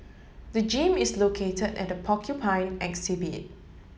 the gym is located at the Porcupine exhibit